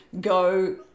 go